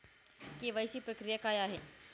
KYC प्रक्रिया काय आहे?